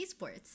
esports